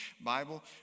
Bible